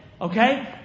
Okay